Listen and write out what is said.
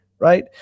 right